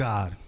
God